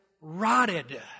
rotted